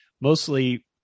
mostly